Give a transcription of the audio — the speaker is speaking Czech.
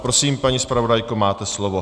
Prosím, paní zpravodajko, máte slovo.